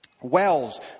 Wells